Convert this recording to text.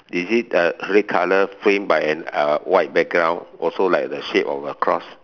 is it uh red colour frame by an uh white background also like the shape of a cross